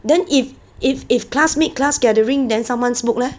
then if if if classmate class gathering then someone smoke leh